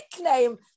nickname